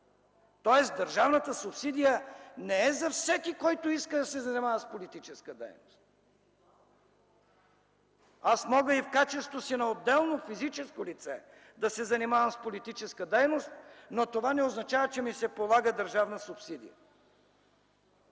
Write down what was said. Тоест държавата субсидия не е за всеки, който иска да се занимава с политическа дейност. Аз мога и в качеството си на отделно физическо лице да се занимавам с политическа дейност, но това не означава, че ми се полага държавна субсидия.